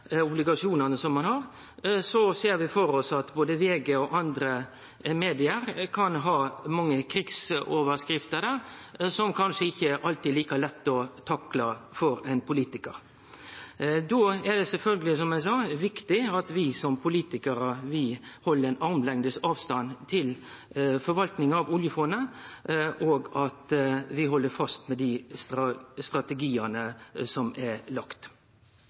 obligasjonane ein har, ser vi for oss at både VG og andre medium kan ha mange krigsoverskrifter som kanskje ikkje alltid er like lette å takle for ein politikar. Då er det sjølvsagt – som eg sa – viktig at vi som politikarar held armlengdes avstand til forvaltinga av oljefondet, og at vi held fast ved dei strategiane som er